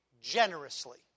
generously